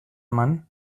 eman